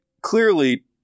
clearly